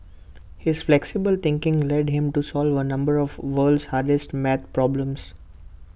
his flexible thinking led him to solve A number of world's hardest math problems